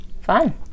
Fun